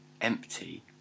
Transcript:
empty